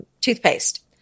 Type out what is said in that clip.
toothpaste